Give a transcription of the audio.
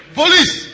police